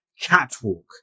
Catwalk